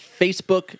Facebook